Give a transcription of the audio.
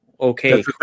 okay